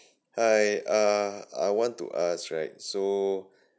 hi uh I want to ask right so